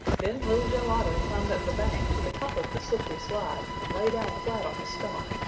then little joe otter climbed up the bank to the top of the slippery slide and lay down flat on his stomach.